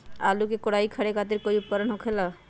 आलू के कोराई करे खातिर कोई उपकरण हो खेला का?